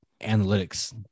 analytics